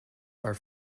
are